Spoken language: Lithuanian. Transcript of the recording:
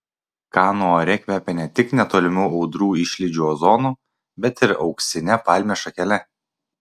kanų ore kvepia ne tik netolimų audrų išlydžių ozonu bet ir auksine palmės šakele